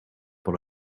but